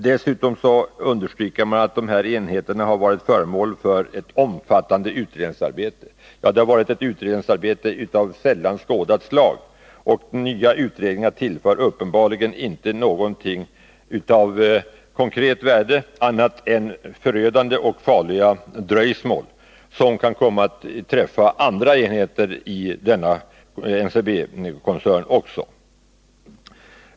Dessutom understryker utskottet att de enheter som berörs har varit föremål för ett omfattande utredningsarbete. Ja, det har varit ett utredningsarbete av sällan skådat slag, och nya utredningar ger uppenbarligen inte någonting av konkret värde — det blir bara förödande dröjsmål, som kan komma att beröra andra enheter inom NCB-koncernen också.